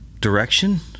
Direction